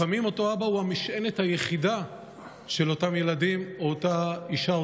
לפעמים אותו אבא הוא המשענת היחידה של אותם ילדים או של אותה אישה,